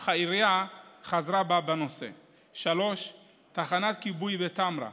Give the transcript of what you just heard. אך העירייה חזרה בה, תחנת כיבוי בטמרה,